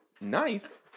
knife